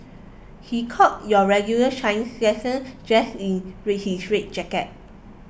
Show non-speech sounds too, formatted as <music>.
he caught your regular Chinese lesson dressed in <unintelligible> his red jacket